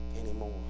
anymore